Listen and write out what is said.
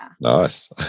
nice